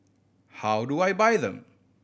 how do I buy them